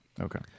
okay